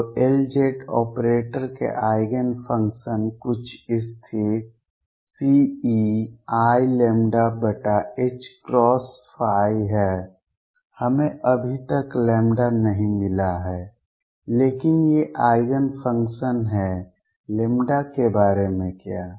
तो Lz operator के eigen functions कुछ स्थिर Ceiλℏϕ हैं हमें अभी तक लैम्ब्डा नहीं मिला है लेकिन ये आइगेन फंक्शन हैं λ के बारे में क्या है